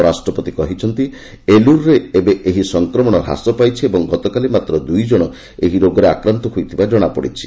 ଉପରାଷ୍ଟ୍ରପତି କହିଛନ୍ତି ଏଲୁର୍ରେ ଏବେ ଏହି ସଂକ୍ରମଣ ହ୍ରାସ ପାଇଛି ଏବଂ ଗତକାଲି ମାତ୍ର ଦୁଇ ଜଣ ଏହି ରୋଗରେ ଆକ୍ରାନ୍ତ ହୋଇଥିବା କ୍ଷଣାପଡ଼ିଛି